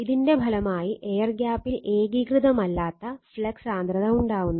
ഇതിന്റെ ഫലമായി എയർ ഗ്യാപ്പിൽ ഏകീകൃതമല്ലാത്ത ഫ്ലക്സ് സാന്ദ്രത ഉണ്ടാവുന്നു